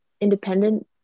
independent